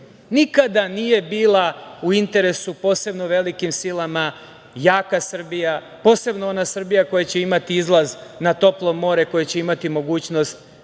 nikada nije bila u interesu, posebno velikim silama, jaka Srbija, posebno ona Srbija koja će imati izlaz na toplo more, koja će imati mogućnost